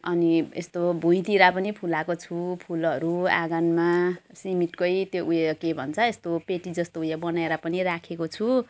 अनि यस्तो भुइँतिर पनि फुलाएको छु फुलहरू आँगनमा सिमेन्टकै त्यो उयो के भन्छ यस्तो पेटीजस्तो उयो बनाएर पनि राखेको छु